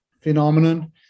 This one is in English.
phenomenon